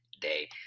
day